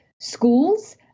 schools